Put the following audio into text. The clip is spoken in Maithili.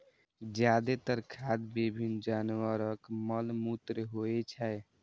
जादेतर खाद विभिन्न जानवरक मल मूत्र होइ छै